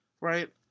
right